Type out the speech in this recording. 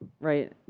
Right